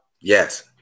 Yes